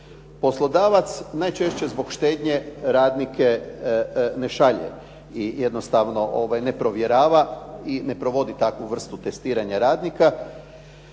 Poslodavac najčešće zbog štednje radnike ne šalje i jednostavno ne provjerava i ne provodi takvu vrstu testiranja radnika.